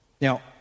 Now